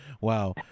Wow